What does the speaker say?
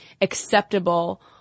acceptable